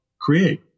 create